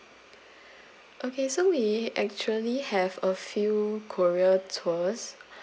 okay so we actually have a few korea tours